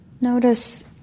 notice